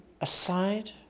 aside